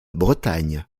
bretagne